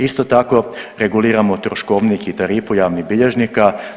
Isto tako reguliramo troškovnik i tarifu javnih bilježnika.